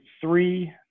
three